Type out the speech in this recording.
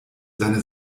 seine